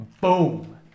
boom